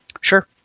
Sure